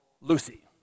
Lucy